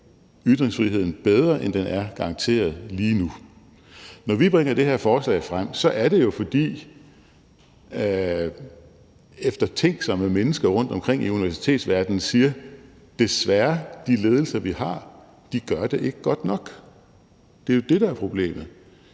ytringsfriheden bedre, end den er garanteret lige nu. Når vi bringer det her forslag frem, er det, fordi eftertænksomme mennesker rundtomkring i universitetsverdenen siger: Desværre, de ledelser, vi har, gør det ikke godt nok. Det er jo det, der er problemet.